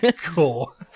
Cool